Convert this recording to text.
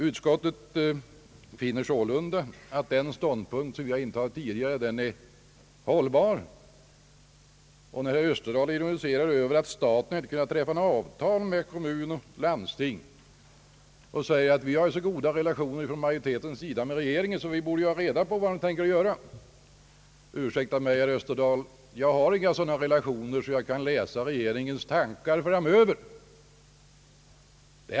Utskottet finner sålunda att den ståndpunkt som vi tidigare har intagit är hållbar. Herr Österdahl ironise rar över att staten inte har kunnat träffa några avtal med kommuner och landsting och säger att vi inom majoriteten ju har så goda relationer med regeringen att vi borde ha reda på vad den tänker göra. Ursäkta mig, herr Österdahl, jag har inga sådana relationer att jag kan läsa regeringens tankar framöver.